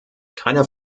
keiner